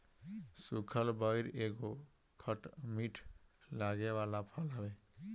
सुखल बइर एगो खट मीठ लागे वाला फल हवे